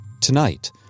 Tonight